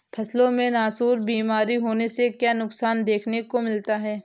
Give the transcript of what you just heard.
फसलों में नासूर बीमारी होने से क्या नुकसान देखने को मिलता है?